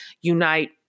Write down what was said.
unite